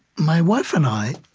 my wife and i,